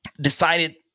decided